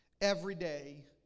everyday